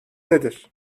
nedir